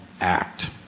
act